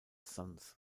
sons